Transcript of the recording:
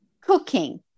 cooking